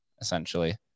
essentially